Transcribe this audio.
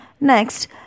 next